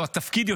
או התפקיד,